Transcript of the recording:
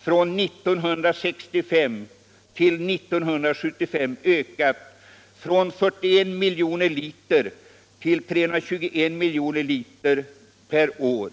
från 1965 till 1975 ökade från 41 miljoner liter per år till 321 miljoner liter per år.